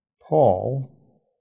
Paul